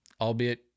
albeit